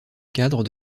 cadre